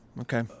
Okay